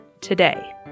today